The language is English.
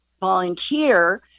volunteer